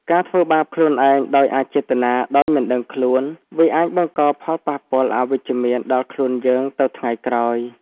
ការធ្វើបាបខ្លួនឯងដោយអចេតនា ដោយមិនដឹងខ្លួន វាអាចបង្កផលប៉ះពាល់អវិជ្ជមានដល់ខ្លួនយើងទៅថ្ងៃក្រោយ។